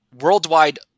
worldwide